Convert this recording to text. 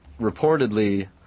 reportedly